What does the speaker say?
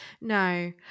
no